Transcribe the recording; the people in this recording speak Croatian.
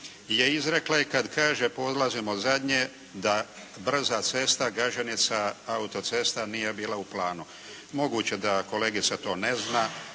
je izrekla i kad kaže polazim od zadnje da brza cesta Gaženica, autocesta nije bila u planu. Moguće da kolegica to ne zna,